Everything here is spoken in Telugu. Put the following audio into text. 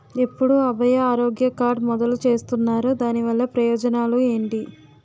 ఎప్పుడు అభయ ఆరోగ్య కార్డ్ మొదలు చేస్తున్నారు? దాని వల్ల ప్రయోజనాలు ఎంటి?